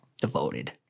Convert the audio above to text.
devoted